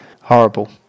horrible